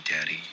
Daddy